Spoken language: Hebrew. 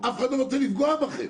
אף אחד לא רוצה לפגוע בכם.